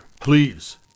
Please